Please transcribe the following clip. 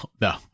No